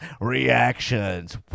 reactions